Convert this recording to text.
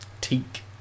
Teak